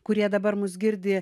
kurie dabar mus girdi